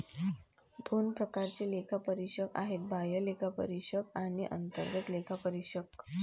दोन प्रकारचे लेखापरीक्षक आहेत, बाह्य लेखापरीक्षक आणि अंतर्गत लेखापरीक्षक